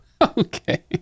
Okay